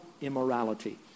immorality